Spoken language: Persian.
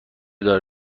دار